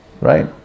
right